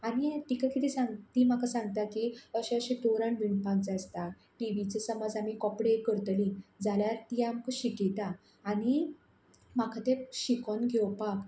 आनी तिका किदें सांग ती म्हाका सांगता की अशे अशे तोरण विणपाक जाय आसता टीवीचे समज आमी कपडो एक करतलीं जाल्यार ती आमक शिकयता आनी म्हाका तें शिकून घेवपाक